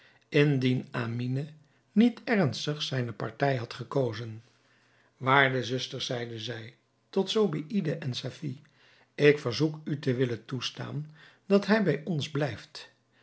indien amine niet ernstig zijne partij had gekozen waarde zusters zeide zij tot zobeïde en safie ik verzoek u te willen toestaan dat hij bij ons blijft